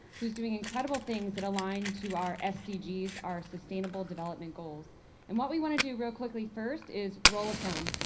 who's doing incredible things that aline too, are stds are sustainable development goals and what we to do real quickly. first is roll of film.